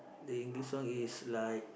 the English song is like